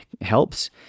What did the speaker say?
helps